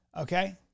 Okay